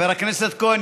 חבר הכנסת כהן,